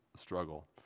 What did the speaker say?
struggle